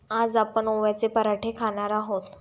आज आपण ओव्याचे पराठे खाणार आहोत